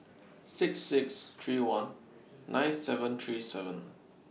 six six three one nine seven three seven